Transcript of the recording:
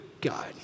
God